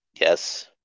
Yes